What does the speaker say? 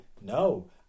no